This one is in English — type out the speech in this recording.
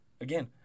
Again